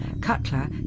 Cutler